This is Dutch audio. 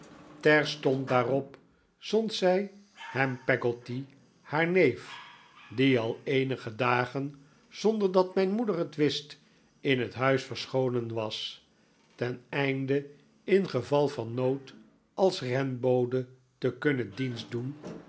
terstond daarop zond zij ham peggotty haar neef die al eenige dagen zonder dat mijn moeder het wist in het huis verscholen was ten einde in geval van nood als renbode te kunnen dienst doen